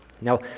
Now